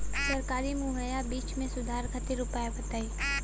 सरकारी मुहैया बीज में सुधार खातिर उपाय बताई?